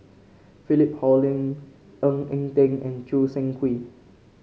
Philip Hoalim Ng Eng Teng and Choo Seng Quee